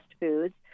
foods